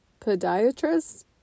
podiatrist